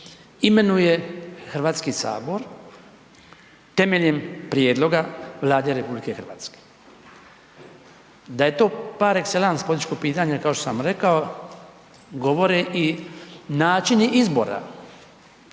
imenuje Hrvatski sabor temeljem prijedloga Vlade RH. Da je to par excellence političko pitanje, kao što sam rekao, govore i načini izbora